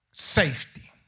Safety